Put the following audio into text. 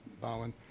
Bowen